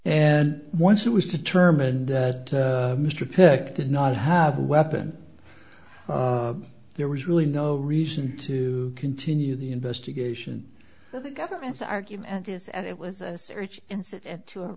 and once it was determined that mr peck did not have a weapon there was really no reason to continue the investigation so the government's argument is and it was a search and sit and two are